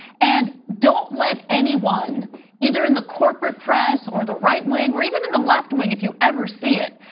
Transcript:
and don't let anyone either in the corporate press or the right wing or even in the left wing if you ever see it,